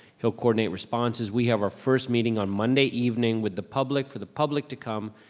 he'll coordinate responses. we have our first meeting on monday evening with the public for the public to come,